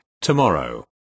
Tomorrow